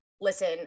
Listen